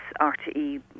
RTE